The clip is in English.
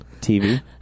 TV